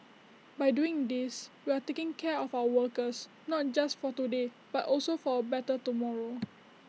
by doing these we are taking care of our workers not just for today but also for A better tomorrow